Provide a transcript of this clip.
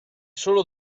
solo